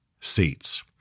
seats